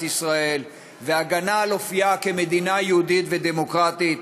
ישראל ואת ההגנה על אופייה כמדינה יהודית ודמוקרטית,